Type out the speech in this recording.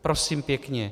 Prosím pěkně.